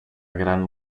gran